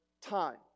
time